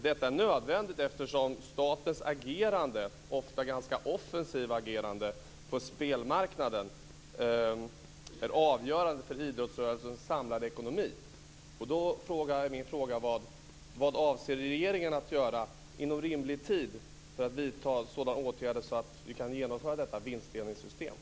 Detta är nödvändigt eftersom statens, ofta ganska offensiva, agerande på spelmarknaden är avgörande för idrottsrörelsens samlade ekonomi.